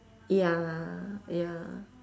ya ya